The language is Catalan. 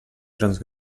grans